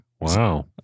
Wow